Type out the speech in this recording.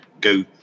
go